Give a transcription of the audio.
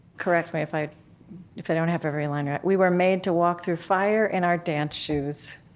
correct me if i if i don't have every line right we were made to walk through fire in our dance shoes.